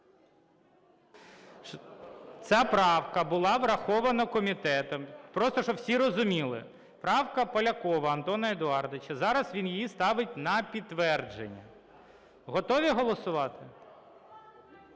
Ця правка була врахована комітетом, просто, щоб всі розуміли, правка Полякова Антона Едуардовича, зараз він її ставить на підтвердження. Готові голосувати?